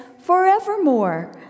forevermore